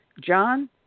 John